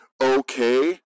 okay